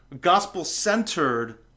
gospel-centered